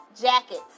jackets